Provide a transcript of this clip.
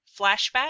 Flashback